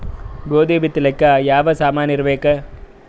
ಗೋಧಿ ಬಿತ್ತಲಾಕ ಯಾವ ಸಾಮಾನಿರಬೇಕು?